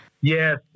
Yes